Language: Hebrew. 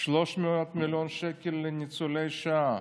300 מיליון שקל לניצולי שואה.